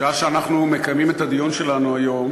בשעה שאנחנו מקיימים את הדיון שלנו היום